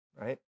right